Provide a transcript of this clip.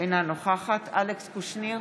אינה נוכחת אלכס קושניר,